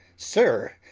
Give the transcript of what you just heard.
sir,